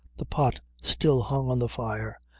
the pot still hung on the fire,